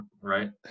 right